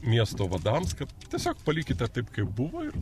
miesto vadams tiesiog palikite taip kaip buvo ir